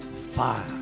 Fire